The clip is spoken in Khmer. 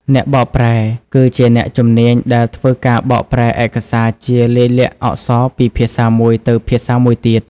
អ្នកបកប្រែ គឺជាអ្នកជំនាញដែលធ្វើការបកប្រែឯកសារជាលាយលក្ខណ៍អក្សរពីភាសាមួយទៅភាសាមួយទៀត។